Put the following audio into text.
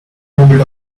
ahold